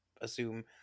assume